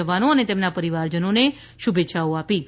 જવાનો અને તેમના પરિવારજનોને શુભેચ્છાઓ આપી છે